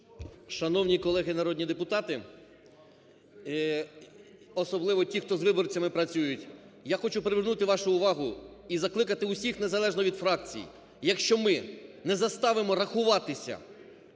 Шановні колеги народні депутати, особливо ті, хто з виборцями працюють. Я хочу привернути вашу увагу і закликати всіх, не залежно від фракцій. Якщо ми не заставимо рахуватися